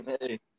Hey